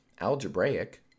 Algebraic